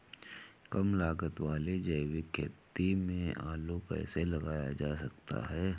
कम लागत वाली जैविक खेती में आलू कैसे लगाया जा सकता है?